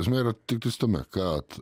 esmė yra tiktais tame kad